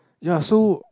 ya so